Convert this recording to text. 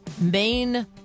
main